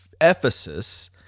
Ephesus